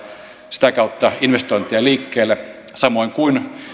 sitä kautta investointeja liikkeelle samoin kuin